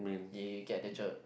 ya you get the joke